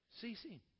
ceasing